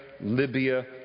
Libya